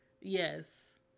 Yes